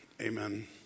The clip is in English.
Amen